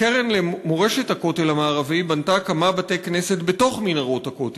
הקרן למורשת הכותל המערבי בנתה כמה בתי-כנסת בתוך מנהרות הכותל.